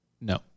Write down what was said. No